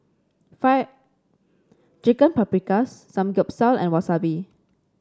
Fire Chicken Paprikas Samgeyopsal and Wasabi